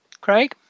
Craig